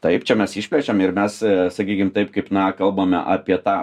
taip čia mes išplečiame ir mes sakykim taip kaip na kalbame apie tą